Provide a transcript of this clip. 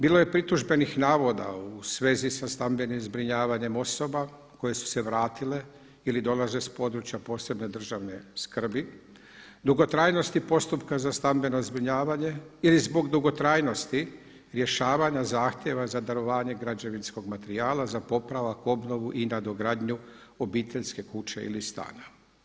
Bilo je pritužbenih navoda u svezi sa stambenim zbrinjavanjem osoba koje su se vratile ili dolaze iz područja od posebne državne skrbi, dugotrajnosti postupka za stambeno zbrinjavanje ili zbog dugotrajnosti zahtjeva za … građevinskog materijala za popravak, obnovu i nadogradnju obiteljske kuće ili stana.